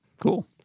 Cool